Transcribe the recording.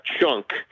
chunk